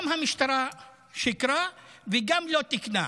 המשטרה גם שיקרה וגם לא תיקנה.